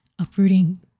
uprooting